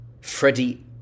Freddie